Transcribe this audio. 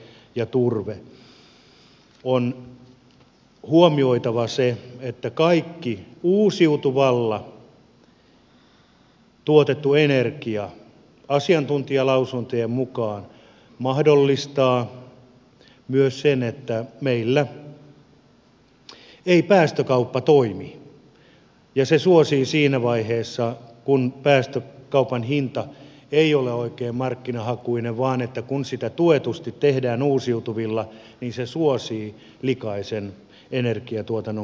on huomioitava se että kaikki uusiutuvalla tuotettu energia asiantuntijalausuntojen mukaan mahdollistaa myös sen että meillä ei päästökauppa toimi ja se suosii siinä vaiheessa kun päästökaupan hinta ei ole oikein markkinahakuinen vaan energiaa tuetusti tehdään uusiutuvilla likaisen energiatuotannon käyttömuotoja